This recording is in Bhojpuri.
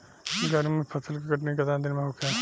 गर्मा फसल के कटनी केतना दिन में होखे?